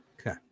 Okay